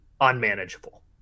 unmanageable